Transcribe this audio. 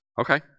Okay